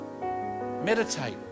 Meditate